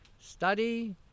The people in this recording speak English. study